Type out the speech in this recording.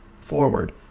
forward